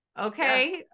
Okay